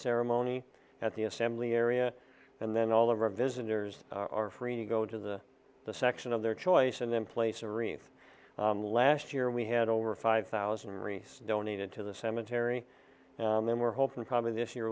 ceremony at the assembly area and then all of our visitors are free to go to the the section of their choice and then place a wreath last year we had over five thousand reese donated to the cemetery and we're hoping probably this year